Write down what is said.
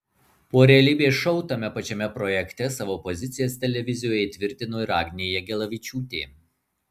po realybės šou tame pačiame projekte savo pozicijas televizijoje įtvirtino ir agnė jagelavičiūtė